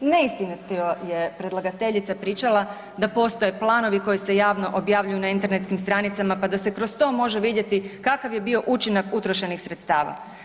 Neistinito je predlagateljica pričala da postoje planove koji se javno objavljuju na internetskim stranicama pa da se kroz to može vidjeti kakav je bio učinak utrošenih sredstava.